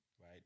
right